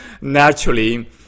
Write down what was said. naturally